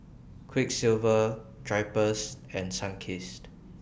Quiksilver Drypers and Sunkist